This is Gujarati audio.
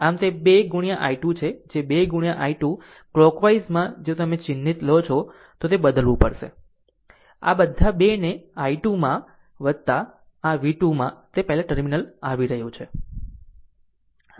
આમ તે 2 into i2 જે 2 into i2 કલોકવાઈઝમાં જો તમે ચિહ્ન લો છો તે બદલવું પડશે કે બધા 2 ને i2 માં આ v v 2 માં તે પહેલા ટર્મિનલ આવી રહ્યું છે